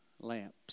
lamps